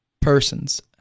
persons